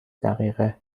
دقیقه